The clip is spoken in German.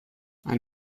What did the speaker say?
ein